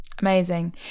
Amazing